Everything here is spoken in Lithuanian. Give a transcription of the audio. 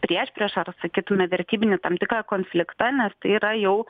priešpriešą ar sakytume vertybinį tam tikrą konfliktą nes tai yra jau